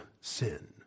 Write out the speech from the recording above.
sin